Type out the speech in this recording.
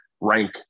rank